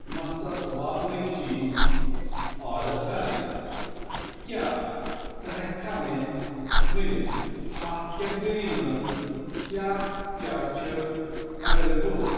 مستَس واتنٕکۍ چیٖز آرڈر کَرٕنۍ کیٛاہ ژٕ ہیٚکہٕ کھا مےٚ ؤنِتھ اَتھ کیٚٹگٔری منٛز کیٛاہ کیٛاہ چھُ ایٚویلیبٕل